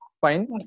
fine